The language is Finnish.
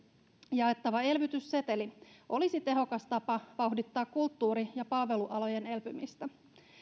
jaettava elvytysseteli olisi tehokas tapa vauhdittaa kulttuuri ja palvelualojen elpymistä